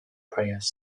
prayers